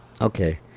okay